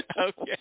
Okay